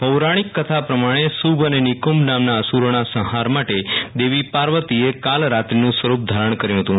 પૌરાણિક કથા પ્રમાણે શુંભ અને નીકુંભ નામના અશુરોના સંહાર માટે દેવી પાર્વતીએ કાલરાત્રીનું સ્વરૂપ ધારણ કર્યું હતું